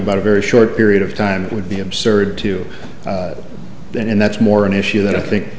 about a very short period of time it would be absurd to then and that's more an issue that i think